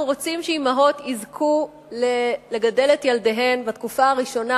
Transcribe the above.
אנחנו רוצים שאמהות יזכו לגדל את ילדיהן בתקופה הראשונה,